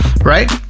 right